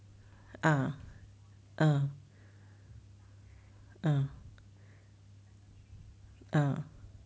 ah ah ah ah